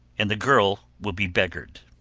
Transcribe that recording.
and the girl will be beggared.